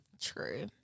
true